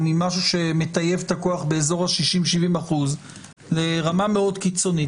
ממשהו שמטייב את הכוח באזור 60% 70% לרמה מאוד קיצונית.